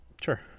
Sure